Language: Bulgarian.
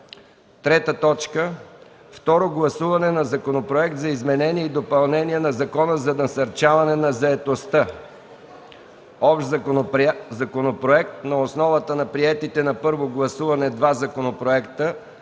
представители. 3. Второ гласуване на Законопроект за изменение и допълнение на Закона за насърчаване на заетостта (Общ законопроект на основата на приетите на първо гласуване два законопроекта).